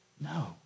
No